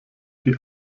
die